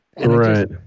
Right